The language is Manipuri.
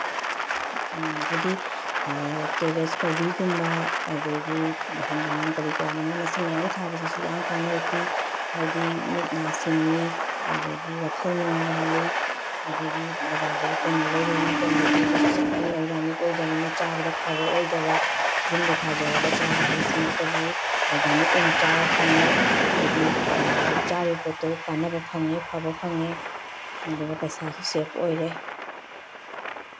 ꯍꯥꯏꯗꯤ ꯀꯦꯕꯦꯖ ꯀꯣꯕꯤꯒꯨꯝꯕ ꯑꯗꯒꯤ ꯍꯪꯒꯥꯝ ꯀꯔꯤ ꯀꯔꯥ ꯃꯅꯥ ꯃꯁꯤꯡ ꯃꯌꯥꯝ ꯊꯥꯕꯁꯤꯁꯨ ꯌꯥꯝ ꯀꯥꯟꯅꯕ ꯄꯤ ꯍꯥꯏꯗꯤ ꯃꯤꯠ ꯅꯥ ꯁꯤꯡꯉꯤ ꯑꯗꯒꯤ ꯋꯥꯈꯜ ꯅꯨꯡꯉꯥꯏꯍꯜꯂꯤ ꯑꯗꯒꯤ ꯕꯖꯥꯔꯗꯒꯤ ꯑꯩꯈꯣꯏꯅ ꯂꯩꯔꯨꯕ ꯃꯇꯝꯗꯗꯤ ꯑꯗꯨꯁꯨ ꯆꯞ ꯃꯥꯅꯩ ꯑꯣꯔꯒꯥꯅꯤꯛ ꯑꯣꯏꯗꯕꯅꯤꯅ ꯆꯥꯕꯗ ꯑꯐꯕ ꯑꯣꯏꯗꯕ ꯌꯨꯝꯗ ꯊꯥꯖꯔꯒ ꯆꯥꯕ ꯍꯥꯏꯕꯁꯤꯃꯛꯇꯕꯨ ꯑꯣꯔꯒꯥꯅꯤꯛ ꯑꯣꯏꯅ ꯆꯥꯕ ꯐꯪꯉꯦ ꯍꯥꯏꯗꯤ ꯆꯥꯔꯤꯕ ꯄꯣꯠꯇꯣ ꯀꯥꯅꯕ ꯐꯪꯉꯦ ꯐꯕ ꯐꯪꯉꯦ ꯑꯗꯨꯒ ꯄꯩꯁꯥꯁꯨ ꯁꯦꯞ ꯑꯣꯏꯔꯦ